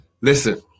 Listen